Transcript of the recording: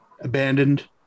abandoned